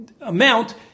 amount